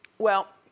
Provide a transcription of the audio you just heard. well,